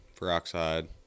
peroxide